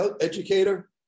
educator